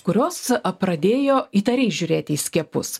kurios pradėjo įtariai žiūrėti į skiepus